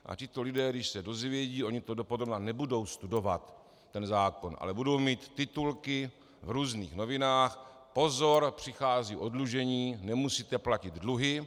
A tito lidé, když se dozvědí oni ten zákon dopodrobna nebudou studovat, ale budou mít titulky v různých novinách pozor, přichází oddlužení, nemusíte platit dluhy.